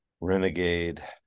renegade